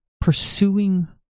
pursuing